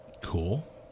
Cool